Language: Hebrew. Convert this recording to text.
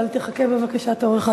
אבל תחכה בבקשה לתורך,